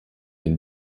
den